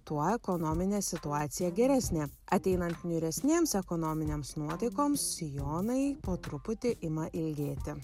tuo ekonominė situacija geresnė ateinant niūresnėms ekonominėms nuotaikoms sijonai po truputį ima ilgėti